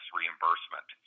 reimbursement